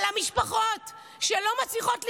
על המשפחות שלא מצליחות לחיות.